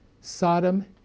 Sodom